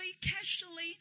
casually